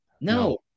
No